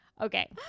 Okay